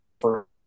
first